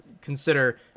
consider